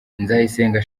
nzayisenga